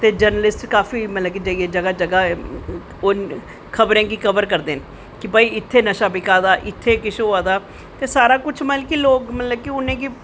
ते जर्नलिस्ट काफी मतलव जाईयै जगाह् जगाह् ओह् खबरें गी कबर करदे न कि भाई इत्थें नशा बिका दा इत्थें एह् होआ दा ते सारा कुश लोग मतलव कि उनेंगी